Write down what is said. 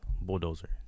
bulldozer